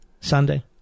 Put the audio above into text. Sunday